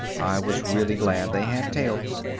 i was really glad they had tails.